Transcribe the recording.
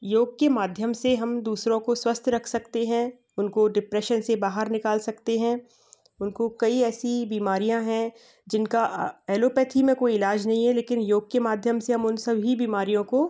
योग के माध्यम से हम दूसरें को स्वस्थ रख सकते हैं उनको डिप्रेशन से बाहर निकाल सकते हैं उनको कई ऐसी बीमारियाँ हैं जिनका एलोपैथी में कोइ इलाज नहीं है लेकिन योग के माध्यम से हम उन सभी बीमारियों को